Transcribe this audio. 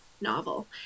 novel